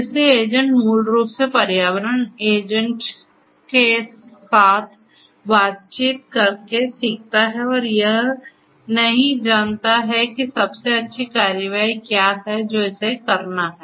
इसलिए एजेंट मूल रूप से पर्यावरण एजेंट के साथ बातचीत करके सीखता है कि यह नहीं जानता है कि सबसे अच्छी कार्रवाई क्या है जो इसे करना है